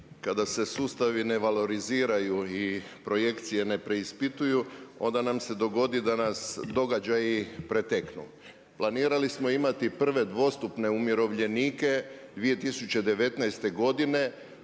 Kada se sustavi ne valoriziraju i projekcije ne preispituju onda nam se dogodi danas događaji preteknu. Planirali smo imati prve dvostupne umirovljenike 2019. godine